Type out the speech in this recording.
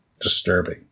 disturbing